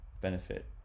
benefit